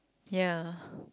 ya